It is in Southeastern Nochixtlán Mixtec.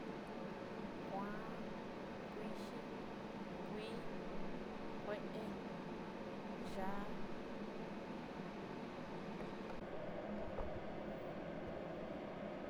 Kuan, kuxhii, kuii, kué'e, yá'a.